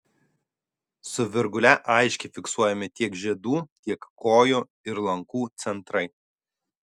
su virgule aiškiai fiksuojami tiek žiedų tiek kojų ir lankų centrai